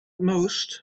most